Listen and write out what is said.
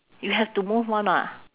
you have to move [one] ah